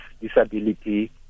Disability